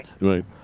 Right